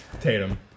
Tatum